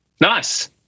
Nice